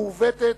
מעוותת,